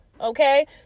Okay